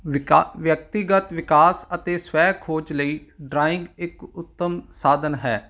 ਵਿਕਾ ਵਿਅਕਤੀਗਤ ਵਿਕਾਸ ਅਤੇ ਸਵੈ ਖੋਜ ਲਈ ਡਰਾਇੰਗ ਇੱਕ ਉੱਤਮ ਸਾਧਨ ਹੈ